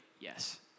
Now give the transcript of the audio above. yes